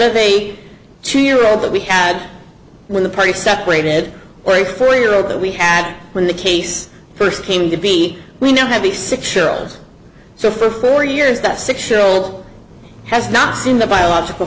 of a two year old that we had when the party separated for a three year old that we had when the case st came to be we now have a six year old so for four years that six year old has not seen the biological